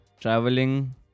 traveling